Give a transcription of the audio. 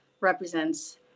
represents